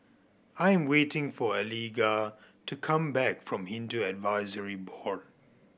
I'm waiting for Eliga to come back from Hindu Advisory Board